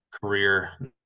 Career